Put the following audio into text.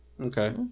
Okay